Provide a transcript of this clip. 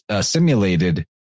simulated